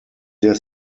der